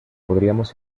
podríamos